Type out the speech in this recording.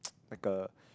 like a